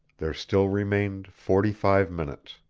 there still remained forty-five minutes.